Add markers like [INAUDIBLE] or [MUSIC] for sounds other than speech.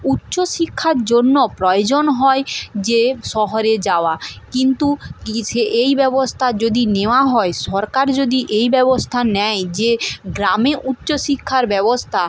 উচ্চশিক্ষার জন্য প্রয়োজন হয় যে শহরে যাওয়া কিন্তু [UNINTELLIGIBLE] সে এই ব্যবস্থা যদি নেওয়া হয় সরকার যদি এই ব্যবস্থা নেয় যে গ্রামে উচ্চশিক্ষার ব্যবস্থা